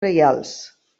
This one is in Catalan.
reials